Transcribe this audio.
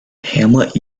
hamlet